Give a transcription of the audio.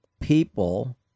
people